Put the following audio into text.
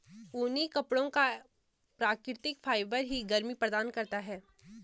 ऊनी कपड़ों का प्राकृतिक फाइबर ही गर्मी प्रदान करता है